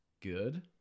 good